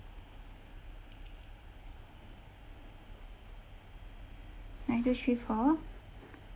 nine two three four